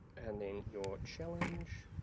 and then your challenge.